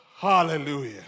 Hallelujah